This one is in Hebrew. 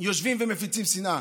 יושבים ומפיצים שנאה.